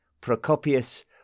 Procopius